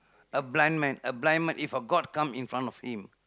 a blind man a blind man if a god come in front of him